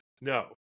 No